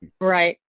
Right